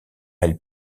elle